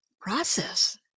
process